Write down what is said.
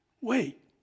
Wait